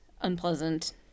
unpleasant